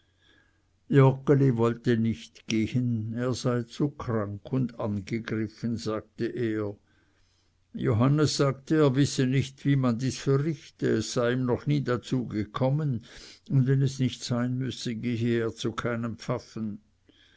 joggeli wollte nicht gehen er sei zu krank und angegriffen sagte er johannes sagte er wisse nicht wie man dies verrichte es sei ihm noch nie dazu gekommen und wenn es nicht sein müsse gehe er zu keinem pfaffen